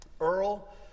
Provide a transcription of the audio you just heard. Earl